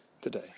today